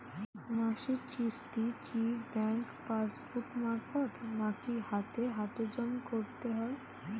মাসিক কিস্তি কি ব্যাংক পাসবুক মারফত নাকি হাতে হাতেজম করতে হয়?